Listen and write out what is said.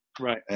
Right